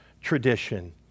tradition